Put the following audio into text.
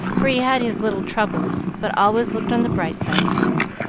for he had his little troubles, but always looked on the bright side of things.